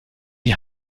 die